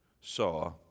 saw